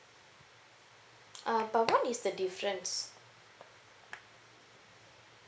uh but what is the difference